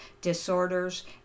disorders